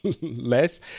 less